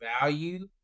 value